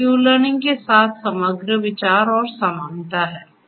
यह Q learning के साथ समग्र विचार और समानता है